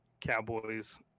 Cowboys